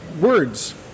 words